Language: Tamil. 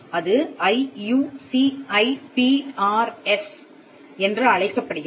அது I U C I P RS என்று அழைக்கப்படுகிறது